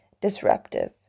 disruptive